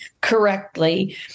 correctly